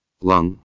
Lung